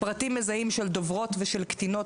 פרטים מזהים של דוברות ושל קטינות,